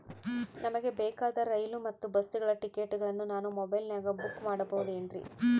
ನಮಗೆ ಬೇಕಾದ ರೈಲು ಮತ್ತ ಬಸ್ಸುಗಳ ಟಿಕೆಟುಗಳನ್ನ ನಾನು ಮೊಬೈಲಿನಾಗ ಬುಕ್ ಮಾಡಬಹುದೇನ್ರಿ?